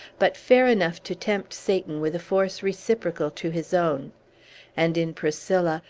but fair enough to tempt satan with a force reciprocal to his own and, in priscilla,